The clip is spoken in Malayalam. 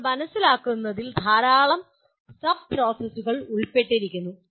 ഇപ്പോൾ മനസ്സിലാക്കുന്നതിൽ ധാരാളം സബ് പ്രോസസുകൾ ഉൾപ്പെട്ടിരിക്കുന്നു